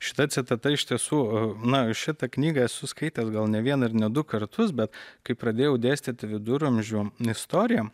šita citata iš tiesų na šitą knygą esu skaitęs gal ne vieną ir ne du kartus bet kai pradėjau dėstyti viduramžių istoriją